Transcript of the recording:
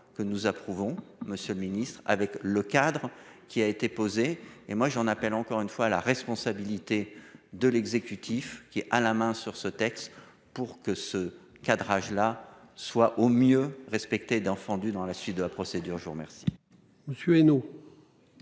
que nous approuvons. Monsieur le Ministre, avec le cadre qui a été posée et moi j'en appelle encore une fois la responsabilité de l'exécutif qui a la main sur ce texte pour que ce cadrage là soit au mieux respectés dans fendu dans la suite de la procédure, je vous remercie.